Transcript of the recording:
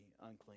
unclean